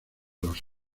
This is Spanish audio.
los